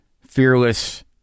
fearless